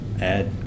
add